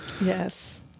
Yes